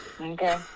okay